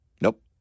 Nope